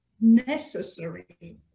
necessary